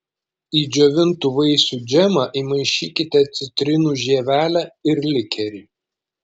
į džiovintų vaisių džemą įmaišykite citrinų žievelę ir likerį